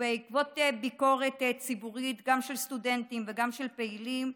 בעקבות ביקורת ציבורית גם של סטודנטים וגם של פעילים,